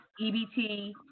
EBT